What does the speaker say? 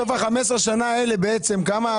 אז בסוף ה-15 שנה האלה בעצם כמה?